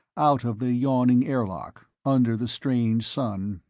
out of the yawning airlock, under the strange sun,